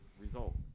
result